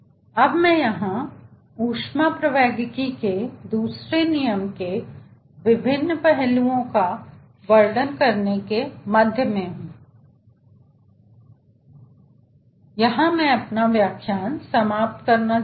तो मैं ऊष्मप्रवैगिकी के दूसरे नियम के विभिन्न पहलुओं का वर्णन करने के मध्य में हूं और हमें ऊष्मागतिकी के दूसरे नियम से क्या पता चलता है